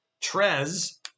Trez